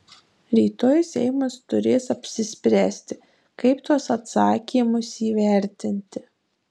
rytoj seimas turės apsispręsti kaip tuos atsakymus įvertinti